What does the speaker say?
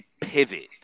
pivot